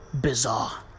bizarre